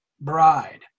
bride